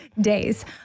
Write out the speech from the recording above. days